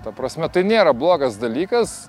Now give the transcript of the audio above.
ta prasme tai nėra blogas dalykas